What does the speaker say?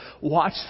watch